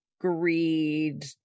Greed